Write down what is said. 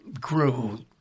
grew